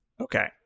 Okay